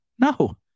no